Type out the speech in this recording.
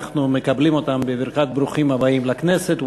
אנחנו מקבלים אותם בברכת ברוכים הבאים לכנסת,